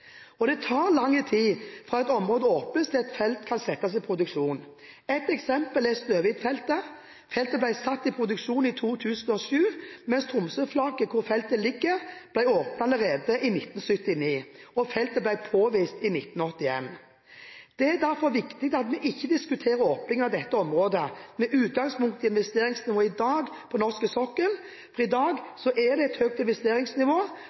sokkel. Det tar lang tid fra et område åpnes til felt kan settes i produksjon. Ett eksempel er Snøhvit-feltet. Feltet ble satt i produksjon i 2007, mens Tromsøflaket, der feltet ligger, ble åpnet allerede i 1979. Feltet ble påvist i 1981. Det er derfor viktig at vi ikke diskuterer åpning av dette området med utgangspunkt i investeringsnivået i dag på norsk sokkel. I dag er det et høyt investeringsnivå,